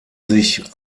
sich